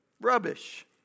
rubbish